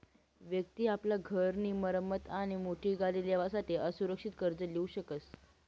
व्यक्ति आपला घर नी मरम्मत आणि मोठी गाडी लेवासाठे असुरक्षित कर्ज लीऊ शकस